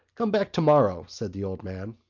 come back tomorrow, said the old man.